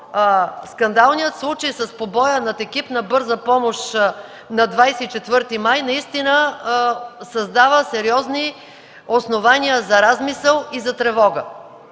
скандалният случай с побоя над екип на Бърза помощ на 24 май 2013 г. наистина създава сериозни основания за размисъл и за тревога.